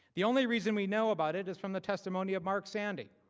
the only reason we know about it is from the testimony of mark sandy.